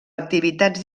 activitats